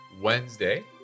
Wednesday